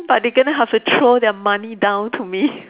but they are going to have to throw their money down to me